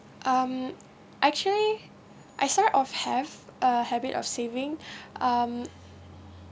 um actually I sort of have a habit of saving um